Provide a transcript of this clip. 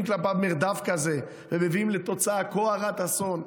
כלפיו מרדף כזה ומביאים לתוצאה כה הרת אסון,